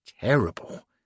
terrible